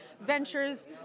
ventures